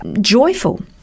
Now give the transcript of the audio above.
joyful